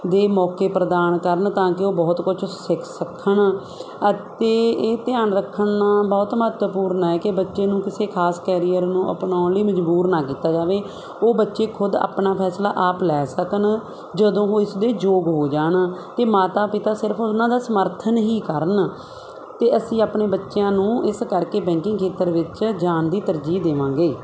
ਦੇ ਮੌਕੇ ਪ੍ਰਦਾਨ ਕਰਨ ਤਾਂ ਕਿ ਉਹ ਬਹੁਤ ਕੁਝ ਸਿੱਖ ਸੱਖਣ ਅਤੇ ਇਹ ਧਿਆਨ ਰੱਖਣਾ ਬਹੁਤ ਮਹੱਤਵਪੂਰਨ ਹੈ ਕਿ ਬੱਚੇ ਨੂੰ ਕਿਸੇ ਖਾਸ ਕੈਰੀਅਰ ਨੂੰ ਅਪਣਾਉਣ ਲਈ ਮਜਬੂਰ ਨਾ ਕੀਤਾ ਜਾਵੇ ਉਹ ਬੱਚੇ ਖੁਦ ਆਪਣਾ ਫੈਸਲਾ ਆਪ ਲੈ ਸਕਣ ਜਦੋਂ ਉਹ ਇਸ ਦੇ ਯੋਗ ਹੋ ਜਾਣ ਅਤੇ ਮਾਤਾ ਪਿਤਾ ਸਿਰਫ ਉਹਨਾਂ ਦਾ ਸਮਰਥਨ ਹੀ ਕਰਨ ਅਤੇ ਅਸੀਂ ਆਪਣੇ ਬੱਚਿਆਂ ਨੂੰ ਇਸ ਕਰਕੇ ਬੈਂਕਿੰਗ ਖੇਤਰ ਵਿੱਚ ਜਾਣ ਦੀ ਤਰਜੀਹ ਦੇਵਾਂਗੇ